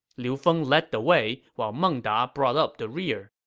liu feng led the way, while meng da brought up the rear.